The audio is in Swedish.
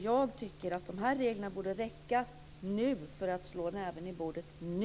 Jag tycker att de här reglerna borde räcka för att slå näven i bordet nu.